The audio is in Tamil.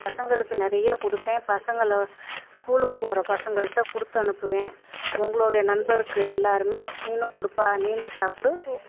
பசங்களுக்கு நிறைய கொடுப்பேன் பசங்களை ஸ்கூலுக்கு போகற பசங்கள்கிட்ட்ட கொடுத்து அனுப்புவேன் உங்களுடைய நண்பர்க்கு எல்லாருமே நீனும் கொடுப்பா நீனும் சாப்பிடு